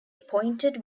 appointed